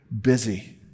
busy